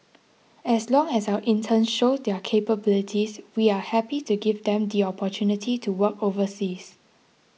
as long as our interns show their capabilities we are happy to give them the opportunity to work overseas